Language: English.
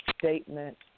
statement